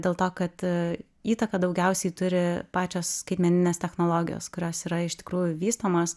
dėl to kad įtaką daugiausiai turi pačios skaitmeninės technologijas kurios yra iš tikrųjų vystomos